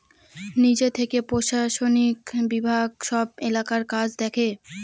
নিজে থেকে প্রশাসনিক বিভাগ সব এলাকার কাজ দেখে